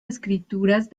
escrituras